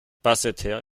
basseterre